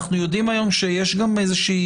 היום אנחנו יודעים שיש חיתוך